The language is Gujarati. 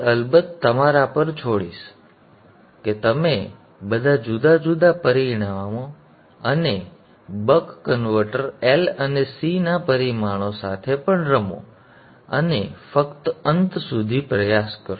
અલબત્ત હું તે તમારા પર છોડીશ કે તમે બધા જુદા જુદા પરિમાણો અને બક કન્વર્ટર L અને C ના પરિમાણો સાથે પણ રમો અને ફક્ત અંત સુધી પ્રયાસ કરો